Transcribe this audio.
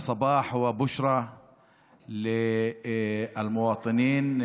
הבוקר הזה הוא בוקר עם בשורה לאזרחים שמקבלים